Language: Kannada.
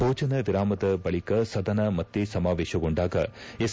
ಭೋಜನ ವಿರಾಮದ ಬಳಿಕ ಸದನ ಮತ್ತೆ ಸಮಾವೇಶಗೊಂಡಾಗ ಎಸ್